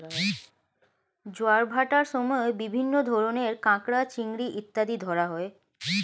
জোয়ার ভাটার সময় বিভিন্ন ধরনের কাঁকড়া, চিংড়ি ইত্যাদি ধরা হয়